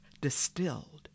distilled